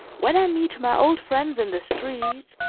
when i meet my old friends in the street,